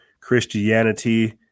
Christianity